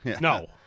No